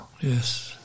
Yes